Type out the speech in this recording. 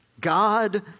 God